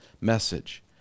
message